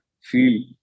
feel